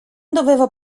dovevo